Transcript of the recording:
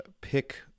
pick